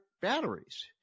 batteries